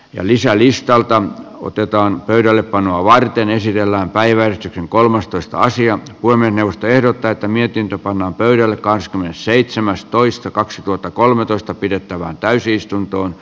ja lisää listalta otetaan pöydällepanoa varten ei siellä on päivän kolmastoista sijan voimien johto ehdottaa että mietintö pannaan pöydälle kahdeskymmenesseitsemäs toista kaksituhattakolmetoista pidettävään täysistunto